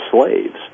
slaves